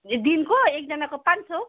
ए दिनको एकजनाको पाँच सौ